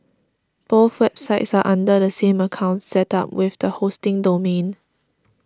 both websites are under the same account set up with the hosting domain